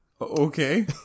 Okay